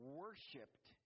worshipped